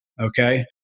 okay